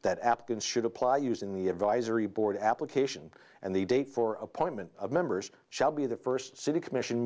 that applicants should apply using the advisory board application and the date for appointment of members shall be the first city commission